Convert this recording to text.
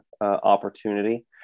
opportunity